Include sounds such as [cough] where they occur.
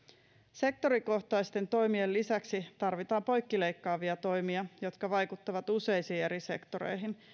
sektorikohtaisten toimien lisäksi tarvitaan poikkileikkaavia toimia jotka vaikuttavat useisiin eri sektoreihin [unintelligible] [unintelligible]